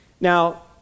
Now